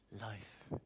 life